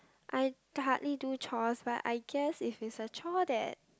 I hardly do chores but I guess if it's a chore that